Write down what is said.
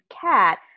cat